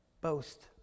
boast